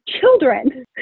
children